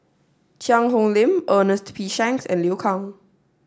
Cheang Hong Lim Ernest P Shanks and Liu Kang